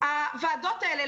הוועדות האלו,